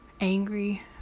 angry